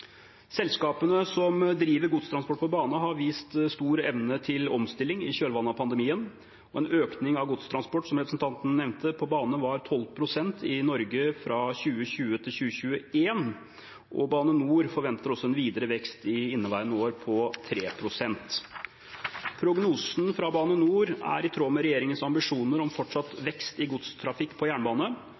Selskapene som driver godstransport på bane, har vist stor evne til omstilling i kjølvannet av pandemien, og økningen av godstransport på bane, som representanten nevnte, var på 12 pst. i Norge fra 2020 til 2021. Bane NOR forventer også en videre vekst i inneværende år, på 3 pst. Prognosen fra Bane NOR er i tråd med regjeringens ambisjoner om fortsatt vekst i godstrafikk på jernbane,